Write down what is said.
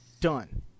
Done